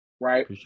right